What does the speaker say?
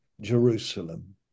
Jerusalem